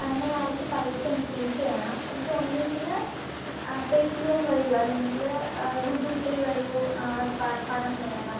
ഞാനടച്ച പൈസ എനിക്ക് തിരിച്ച് വേണം എനിക്കൊന്നുകിൽ പേറ്റിഎം വഴിയോ അല്ലെങ്കിൽ ഗൂഗിൾ പേ വഴിയോ പണ പണം വേണം